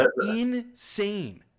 insane